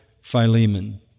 Philemon